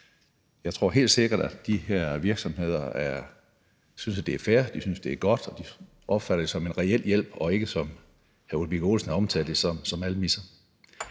Jeg tror helt sikkert, at de her virksomheder synes, at det er fair, og synes, at det er godt, og at de opfatter det som en reel hjælp og ikke som almisser, som hr. Ole Birk